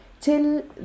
till